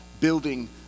building